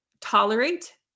tolerate